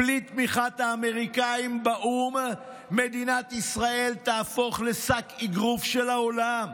בלי תמיכת האמריקאים באו"ם מדינת ישראל תהפוך לשק אגרוף של העולם.